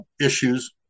issues